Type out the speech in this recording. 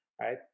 right